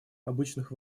обычных